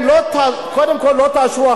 קודם כול לא תאשרו,